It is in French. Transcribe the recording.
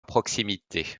proximité